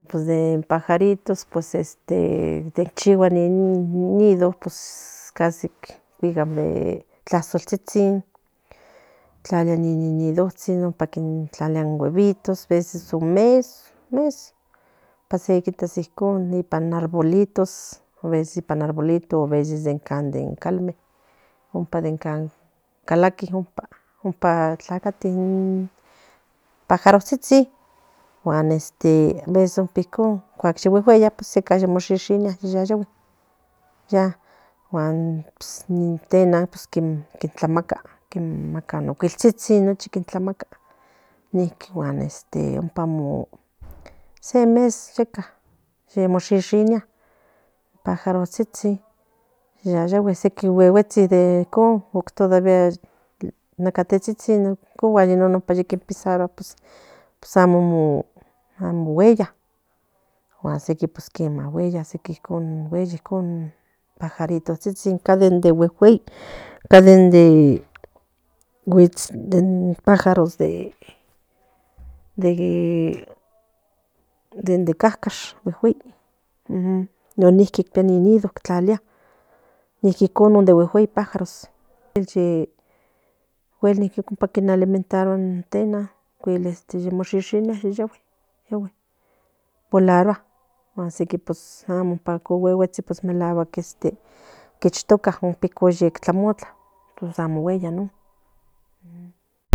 Pues in pajaritos in chihua in nido pues casi cuica tlasotsitsin tlaria impa ni ninidotsin tlalia in huevitos aveces un mes se quita sin con nin arbolitos aveces ninpam in arblitos aveces ipsnnin calmen ipan in calaqui ompa tlacati in pajarotsitsin guan ompa veces in con cua se aui guegueya mo shishinia yeka yagui ya pues in tena ti tlamaca mi queltsitsin ninquin pues se mes yeka ni mo shishinia pajarotsitsin yayahui sequi nanacatetsitsin ti pisarua pues amo amo gueya pues sequi gueya incon in pajarotsitsin in ca de gueguey guits can pájaros de de cacash non nnqui tlalia ni nido ninqui con de gueguey pájaros cuel ampa tlalimentalua in tena incuel in mi shishinia ye yahue volarua wuan sequi pues amo se qui gueguetsi pues quishtoca ompa tlamotla pues amo gueya non